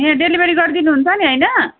यहाँ डेलिभरी गरिदिनु हुन्छ नि होइन